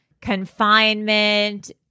confinement